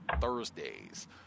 Thursdays